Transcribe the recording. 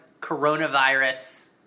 coronavirus